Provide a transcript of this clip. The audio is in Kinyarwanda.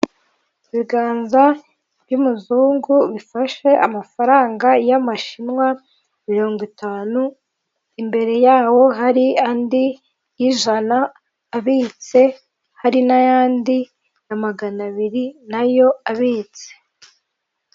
Ibiganza by'umuzungu bifashe amafaranga y'amashinwa mirongo itanu, imbere yaho hari andi y'ijana abitse hari n'ayandi ya maganabiri nayo abitse.